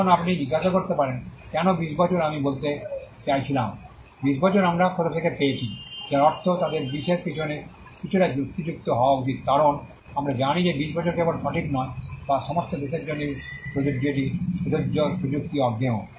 এখন আপনি জিজ্ঞাসা করতে পারেন কেন 20 বছর আমি বলতে চাইছিলাম 20 বছর আমরা কোথা থেকে পেয়েছি যার অর্থ তাদের 20 এর পিছনে কিছুটা যুক্তিযুক্ত হওয়া উচিত কারণ আমরা জানি যে 20 বছর কেবল সঠিক নয় বা সমস্ত দেশের জন্যই প্রযোজ্য এটি প্রযোজ্য প্রযুক্তি অজ্ঞেয়